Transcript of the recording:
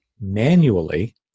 manually